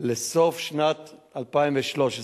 עד לסוף שנת 2013,